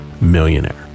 millionaire